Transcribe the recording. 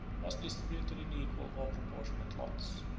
was distributed in equal or proportionable lots.